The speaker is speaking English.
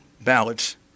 ballots